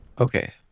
Okay